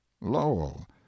Lowell